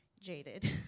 jaded